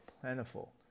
plentiful